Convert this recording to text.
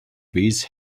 beats